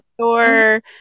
store